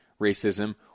racism